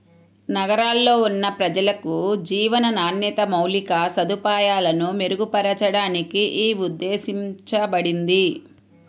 నగరాల్లో ఉన్న ప్రజలకు జీవన నాణ్యత, మౌలిక సదుపాయాలను మెరుగుపరచడానికి యీ ఉద్దేశించబడింది